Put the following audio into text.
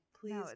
Please